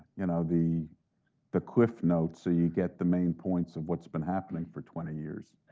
you know the the cliff notes so you get the main points of what's been happening for twenty years.